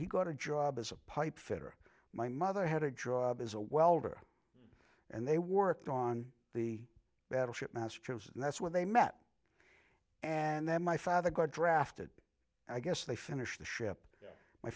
he got a job as a pipefitter my mother had a job as a welder and they worked on the battleship mass troops and that's where they met and then my father got drafted i guess they finished the ship my